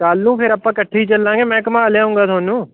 ਕੱਲ੍ਹ ਨੂੰ ਫਿਰ ਆਪਾਂ ਇਕੱਠੇ ਹੀ ਚੱਲਾਂਗੇ ਮੈਂ ਘੁਮਾ ਲਿਆਉਂਗਾ ਤੁਹਾਨੂੰ